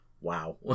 wow